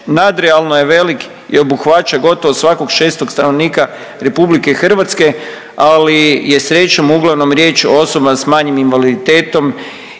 nadrealno je velik i obuhvaća gotovo svakog 6. stanovnika RH, ali je srećom, uglavnom riječ o osobama s manjim invaliditetom